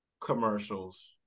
commercials